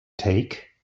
take